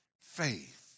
faith